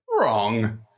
Wrong